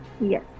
Yes